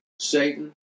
Satan